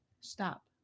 Stop